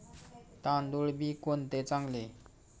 तांदूळ बी कोणते चांगले?